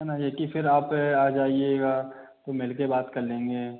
है ना कि फिर आप आ जाइएगा तो मिल के बात कर लेंगे